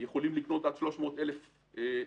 והם יכולים לקלוט עד 300,000 אזרחים.